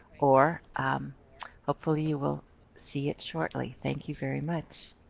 or hopefully you will see it shortly. thank you very much.